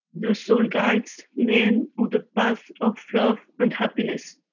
the soul guides men on the path of love and happiness.